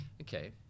Okay